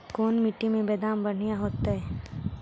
कोन मट्टी में बेदाम बढ़िया होतै?